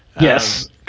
Yes